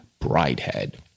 Bridehead